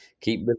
keep